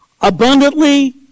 abundantly